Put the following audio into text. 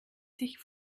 sich